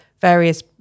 various